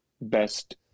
best